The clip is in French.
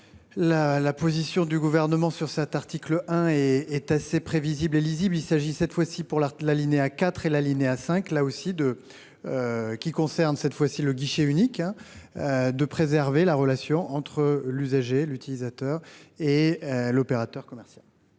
la position du Gouvernement sur cet article 1 est assez prévisible et lisible. Il vise cette fois-ci les alinéas 4 et 5, qui concernent le guichet unique, et tend à préserver la relation entre l'usager, l'utilisateur et l'opérateur commercial.